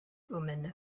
omen